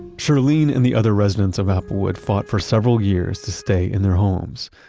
shirlene and the other residents of applewood fought for several years to stay in their homes.